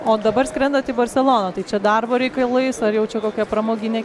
o dabar skrendat į barseloną tai čia darbo reikalais ar jau čia kokia pramoginė